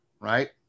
right